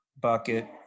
bucket